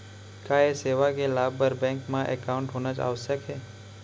का ये सेवा के लाभ बर बैंक मा एकाउंट होना आवश्यक हे